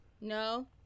no